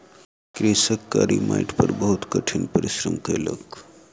कृषक कारी माइट पर बहुत कठिन परिश्रम कयलक